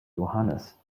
johannes